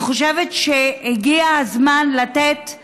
אני חושבת שהגיע הזמן לתת